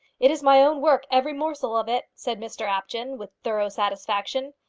it is my own work, every morsel of it, said mr apjohn, with thorough satisfaction.